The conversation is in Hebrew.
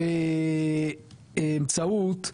ולא באמצעות,